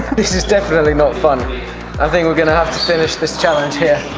this is definitely not fun i think we are going to have to finish this challenge here